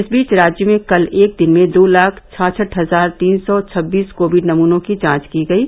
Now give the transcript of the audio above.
इस बीच राज्य में कल एक दिन में दो लाख छियासठ हजार तीन सौ छब्बीस कोविड नमूनों की जांच की गयी